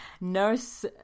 nurse